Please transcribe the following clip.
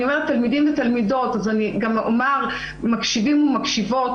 אומרת "תלמידים ותלמידות" אז אני גם אומר "מקשיבים ומקשיבות"